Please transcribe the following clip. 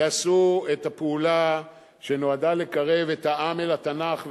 יעשו את הפעולה שנועדה לקרב את העם אל התנ"ך,